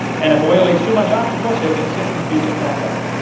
and if a whale eats too much octopus he will get sick and puke it back up.